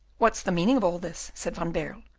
what's the meaning of all this? said van baerle,